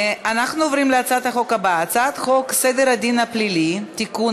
אנחנו עוברים להצעת החוק הבאה: הצעת חוק סדר הדין הפלילי (תיקון,